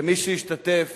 כמי שהשתתף